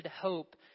hope